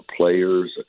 players